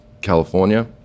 California